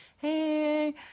hey